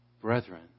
Brethren